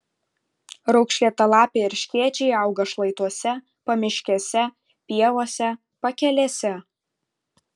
raukšlėtalapiai erškėčiai auga šlaituose pamiškėse pievose pakelėse